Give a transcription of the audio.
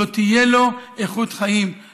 לא תהיה לו איכות חיים,